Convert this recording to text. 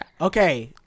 Okay